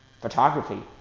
photography